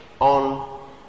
on